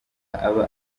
aba